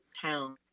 town